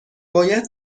باید